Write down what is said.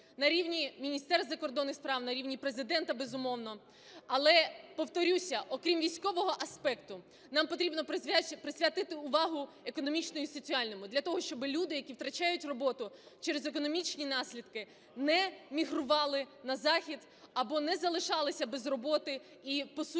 на рівні міністерств закордонних справ, на рівні Президента, безумовно. Але повторюся, окрім військового аспекту, нам потрібно присвятити увагу економічному і соціальному, для того щоби люди, які втрачають роботу через економічні наслідки, не мігрували на Захід або не залишалися без роботи, і по суті